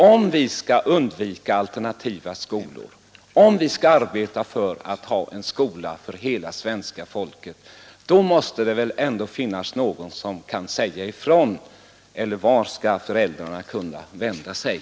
Om vi skall kunna undvika alternativa skolor och i stället arbeta för en skola för hela svenska folket, så måste det väl ändå finnas någon som kan säga vart föräldrarna skall kunna vända sig!